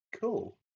Cool